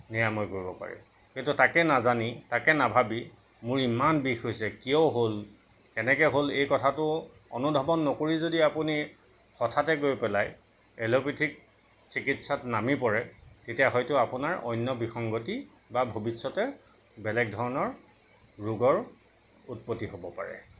নিৰাময় কৰিব পাৰি কিন্তু তাকে নাজানি তাকে নাভাবি মোৰ ইমান বিষ হৈছে কিয় হ'ল কেনেকৈ হ'ল এই কথাটো অনুধাৱন নকৰি যদি আপুনি হঠাতে গৈ পেলাই এলোপেথিক চিকিৎসাত নামি পৰে তেতিয়া হয়তো আপোনাৰ অন্য বিসংগতি বা ভৱিষ্যতে বেলেগ ধৰণৰ ৰোগৰ উৎপত্তি হ'ব পাৰে